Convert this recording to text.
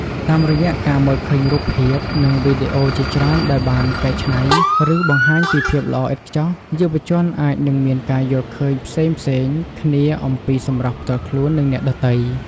តាមរយៈការមើលឃើញរូបភាព និងវីដេអូជាច្រើនដែលបានកែច្នៃ ឬបង្ហាញពីភាពល្អឥតខ្ចោះ យុវជនអាចនឹងមានការយល់ឃើញផ្សេងៗគ្នាអំពីសម្រស់ផ្ទាល់ខ្លួន និងអ្នកដទៃ។